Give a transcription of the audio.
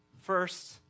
First